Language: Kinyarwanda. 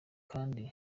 kandi